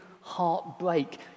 heartbreak